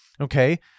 Okay